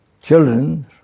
children